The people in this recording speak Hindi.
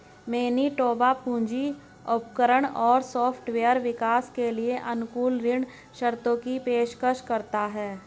मैनिटोबा पूंजी उपकरण और सॉफ्टवेयर विकास के लिए अनुकूल ऋण शर्तों की पेशकश करता है